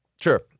Sure